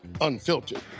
unfiltered